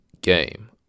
game